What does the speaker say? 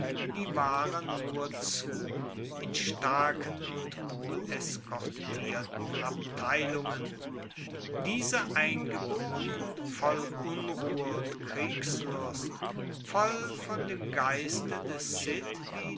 die waren nur zu in starken und wohleskortierten abteilungen diese eingeborenen voll unruhe und kriegslust voll von dem geiste des